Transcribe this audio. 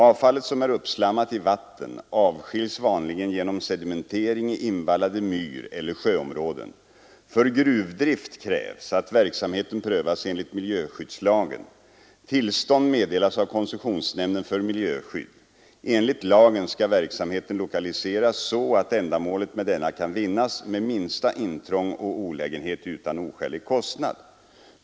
Avfallet, som är uppslammat i vatten, avskiljs vanligen genom sedimentering i invallade myreller sjöområden. För gruvdrift krävs att verksamheten prövas enligt miljöskyddslagen. Tillstånd meddelas av koncessionsnämnden för miljöskydd. Enligt lagen skall verksamheten lokaliseras så att ändamålet med denna kan vinnas med minsta intrång och olägenhet utan oskälig kostnad.